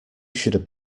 should